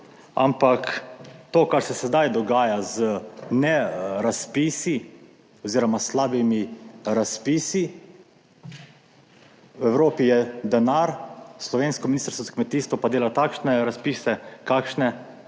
ampak to, kar se sedaj dogaja z, ne razpisi oziroma slabimi razpisi, v Evropi, je denar, slovensko ministrstvo za kmetijstvo pa dela takšne razpise, kakšne,